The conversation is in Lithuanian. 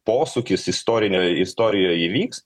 posūkis istorinio istorijoj įvyks